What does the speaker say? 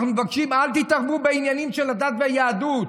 אנחנו מבקשים, אל תתערבו בעניינים של הדת והיהדות,